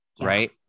right